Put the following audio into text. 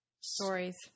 Stories